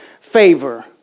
favor